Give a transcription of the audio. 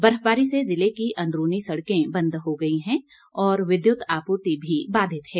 बर्फबारी से जिले की अंदरूनी सड़कें बंद हो गई हैं और विद्युत आपूर्ति भी बाधित है